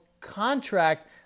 contract